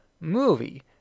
movie